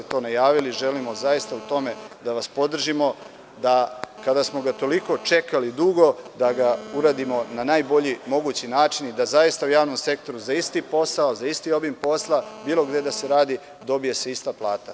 Najavili ste to i želimo u tome da vas podržimo, kada smo toliko čekali dugo, da ga uradimo na najbolji mogući način i da zaista u javnom sektoru za isti posao, za isti obim posla, bilo gde da se radi, da se dobija ista plata.